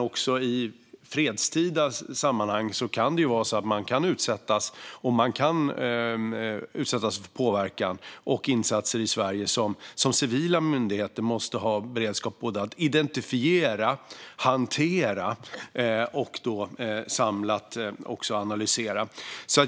Även i fredstida sammanhang kan man utsättas. Man kan utsättas för påverkan och insatser i Sverige som civila myndigheter måste ha beredskap att identifiera, hantera och samlat analysera.